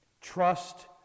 Trust